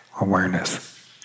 awareness